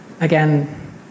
Again